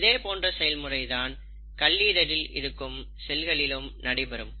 இதேபோன்ற செயல் முறை தான் கல்லீரலில் இருக்கும் செல்களிலும் நடைபெறும்